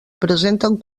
presenten